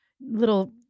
little